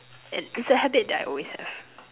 and it's a habit that I always have